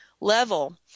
level